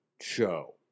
show